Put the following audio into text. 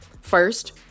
First